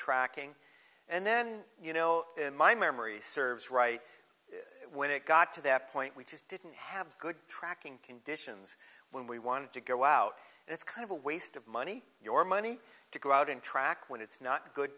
tracking and then you know my memory serves right when it got to that point we just didn't have good tracking conditions when we wanted to go out and it's kind of a waste of money your money to go out in track when it's not good